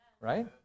Right